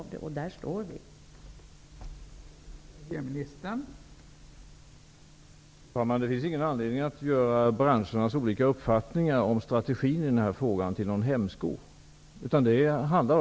I det läget befinner vi oss.